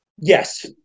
Yes